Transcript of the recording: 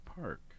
Park